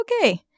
okay